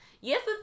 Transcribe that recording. Yes